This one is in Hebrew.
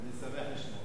אני שמח לשמוע.